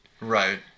right